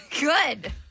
Good